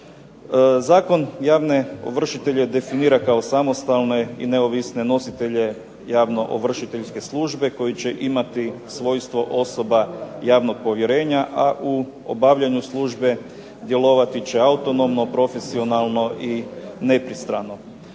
Zakon javne ovršitelje definira kao samostalne i neovisne nositelje javnoovršiteljske službe koji će imati svojstvo osoba javnog povjerenja, a u obavljanju službe djelovati će autonomno, profesionalno i nepristrano.